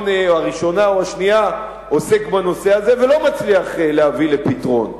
הראשונה או השנייה עוסק בנושא הזה ולא מצליח להביא לפתרון.